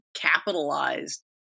capitalized